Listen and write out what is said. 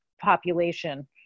population